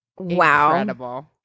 Wow